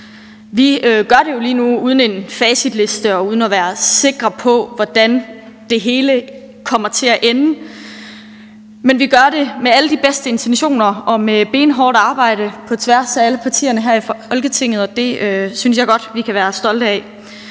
Vi gør det jo lige nu uden en facitliste og uden at være sikre på, hvordan det hele kommer til at ende. Men vi gør det med alle de bedste intentioner og med benhårdt arbejde på tværs af alle partierne her i Folketinget, og det synes jeg godt vi kan være stolte af.